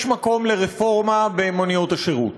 יש מקום לרפורמה במוניות השירות,